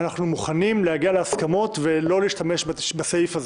אנחנו מוכנים להגיע להסכמות ולא להשתמש בסעיף הזה.